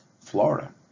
Florida